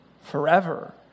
forever